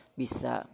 bisa